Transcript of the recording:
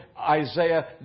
Isaiah